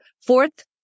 Fourth